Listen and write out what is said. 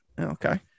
Okay